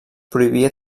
prohibia